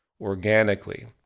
organically